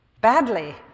badly